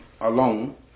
alone